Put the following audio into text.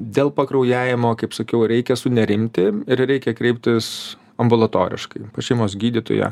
dėl pakraujavimo kaip sakiau reikia sunerimti ir reikia kreiptis ambulatoriškai šeimos gydytoją